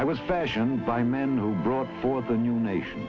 i was fashioned by men who brought forth a new nation